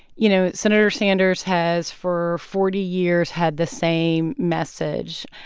you know, senator sanders has for forty years had the same message,